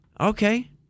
Okay